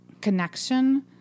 connection